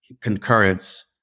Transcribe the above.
concurrence